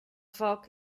foc